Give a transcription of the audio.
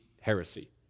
heresy